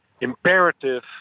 imperative